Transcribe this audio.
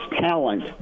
talent